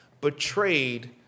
betrayed